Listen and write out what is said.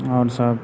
आओर सब